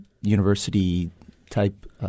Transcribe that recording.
university-type